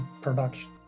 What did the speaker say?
production